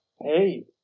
Hey